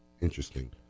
Interesting